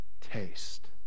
taste